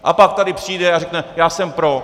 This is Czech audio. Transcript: A pak tady přijde a řekne: Já jsem pro.